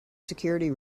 security